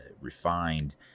refined